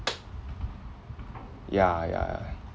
yeah yeah yeah